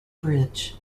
bridge